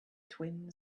twin